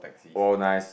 !wow! nice